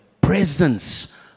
presence